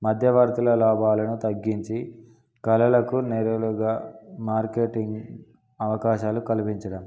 మధ్యవర్తుల లాభాలను తగ్గించి కళలకు నెరుగా మార్కెటింగ్ అవకాశాలు కల్పించడం